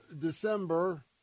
December